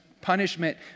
punishment